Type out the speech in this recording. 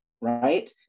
right